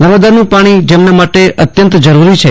નર્મદાનું પાણી જેમના માટે અત્યંત જરૂરી છે